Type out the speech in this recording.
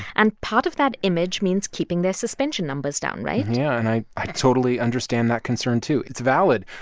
and part of that image means keeping their suspension numbers down, right? yeah, and i i totally understand that concern, too. it's valid.